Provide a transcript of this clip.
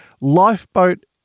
Lifeboat